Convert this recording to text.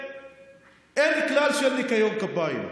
אין כלל של ניקיון כפיים.